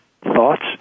thoughts